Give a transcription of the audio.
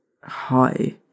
Hi